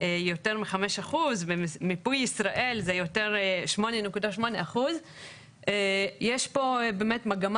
יותר מ-5% ומיפוי ישראל זה 8.8%. יש פה באמת מגמה